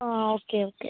ആ okay okay